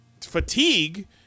fatigue